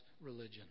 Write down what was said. religion